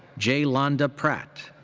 jai-landa pratt.